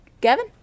Gavin